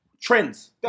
trends